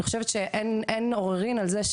אני חושבת שאין עוררין על זה,